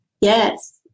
Yes